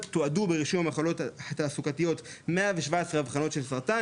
תועדו ברישום מחלות תעסוקתיות כ-117 אבחנות של סרטן,